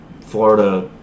Florida